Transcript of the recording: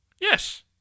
Yes